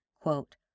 quote